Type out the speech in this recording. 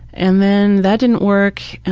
and then, that didn't work